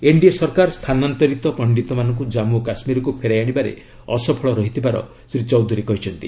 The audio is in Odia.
ଏନ୍ଡିଏ ସରକାର ସ୍ଥାନାନ୍ତରିତ ପଣ୍ଡିତମାନଙ୍କୁ କାମ୍ଗୁ ଓ କାଶ୍ମୀରକୁ ଫେରାଇ ଆଣିବାରେ ଅସଫଳ ରହିଥିବାର ଶ୍ରୀ ଚୌଧୁରୀ କହିଛନ୍ତି